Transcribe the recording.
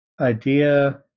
idea